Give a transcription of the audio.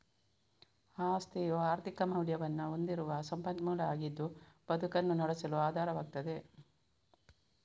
ಆಸ್ತಿಯು ಆರ್ಥಿಕ ಮೌಲ್ಯವನ್ನ ಹೊಂದಿರುವ ಸಂಪನ್ಮೂಲ ಆಗಿದ್ದು ಬದುಕನ್ನ ನಡೆಸಲು ಆಧಾರವಾಗ್ತದೆ